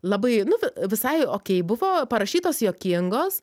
labai nu vi visai okei buvo parašytos juokingos